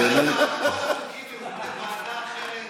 בוועדה אחרת,